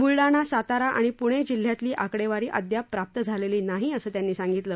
बुलडाणा सातारा आणि प्णे जिल्ह्यातली आकडेवारी अद्याप प्राप्त झालेली नाही असं त्यांनी सांगितलं